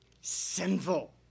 sinful